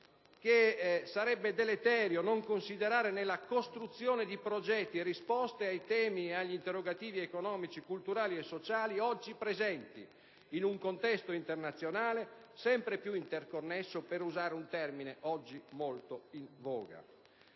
che sarebbe deleterio non considerare nella costruzione di progetti e risposte ai temi ed agli interrogativi economici, culturali e sociali oggi presenti, in un contesto internazionale sempre più interconnesso, per usare un termine oggi molto in voga.